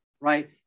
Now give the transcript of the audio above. right